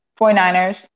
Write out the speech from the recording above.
49ers